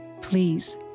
Please